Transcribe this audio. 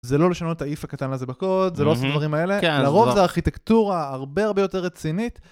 זה לא לשנות ה-if הקטן הזה בקוד, זה לא עושים דברים האלה, לרוב זה ארכיטקטורה הרבה הרבה יותר רצינית.